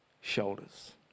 shoulders